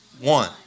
one